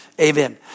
Amen